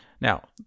Now